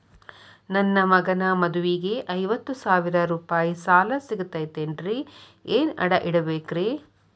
ನನ್ನ ಮಗನ ಮದುವಿಗೆ ಐವತ್ತು ಸಾವಿರ ರೂಪಾಯಿ ಸಾಲ ಸಿಗತೈತೇನ್ರೇ ಏನ್ ಅಡ ಇಡಬೇಕ್ರಿ?